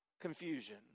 confusion